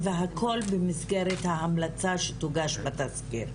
והכל במסגרת ההמלצה שתוגש בתזכיר?